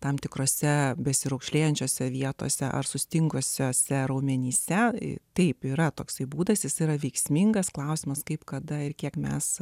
tam tikrose besiraukšlėjančiose vietose ar sustingusiuose raumenyse ir taip yra toksai būdas yra veiksmingas klausimas kaip kada ir kiek mes